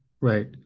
right